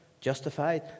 justified